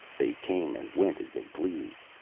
they came and went as they pleased.